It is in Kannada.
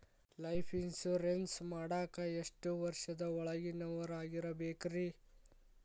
ಲೈಫ್ ಇನ್ಶೂರೆನ್ಸ್ ಮಾಡಾಕ ಎಷ್ಟು ವರ್ಷದ ಒಳಗಿನವರಾಗಿರಬೇಕ್ರಿ?